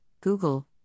Google